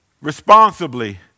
responsibly